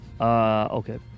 Okay